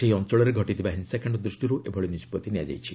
ସେହି ଅଞ୍ଚଳରେ ଘଟିଥିବା ହିଂସାକାଣ୍ଡ ଦୃଷ୍ଟିରୁ ଏଭଳି ନିଷ୍କଭି ନିଆଯାଇଛି